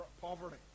poverty